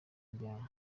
rya